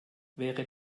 wäre